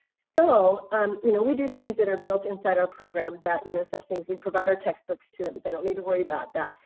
so um you know we do things that are built inside our program, you know such things, we provide our textbooks to them. they don't need to worry about that.